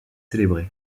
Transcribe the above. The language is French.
célébrées